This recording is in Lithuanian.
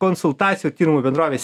konsultacijų tyrimų bendrovės